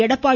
Edappadi